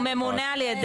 הוא ממונה על ידי הממשלה.